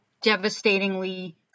devastatingly